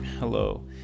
Hello